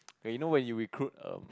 okay you know when you recruit um